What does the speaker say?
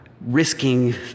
risking